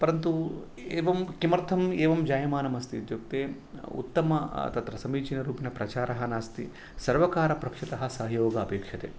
परन्तु एवं किमर्थं एवं जायमानमस्ति इत्युक्ते उत्तम तत्र समीचिनरूपेण प्रचारः नास्ति सर्वकारपक्षतः सहयोग अपेक्षते